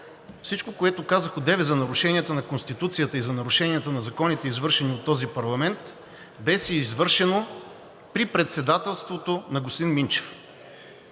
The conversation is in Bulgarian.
всичко, което казах одеве за нарушенията на Конституцията и за нарушенията на законите, извършени от този парламент, беше извършено при председателството на господин Минчев.